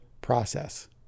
process